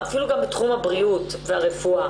היא מקבלת טיפול להתמכרות שלה או מקבלת טיפול מסוג אחר?